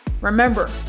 Remember